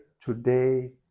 today